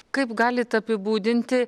kaip galit apibūdinti